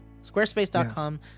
Squarespace.com